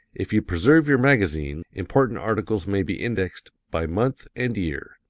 if you preserve your magazines, important articles may be indexed by month and year.